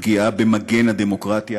פגיעה במגן הדמוקרטיה